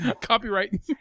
Copyright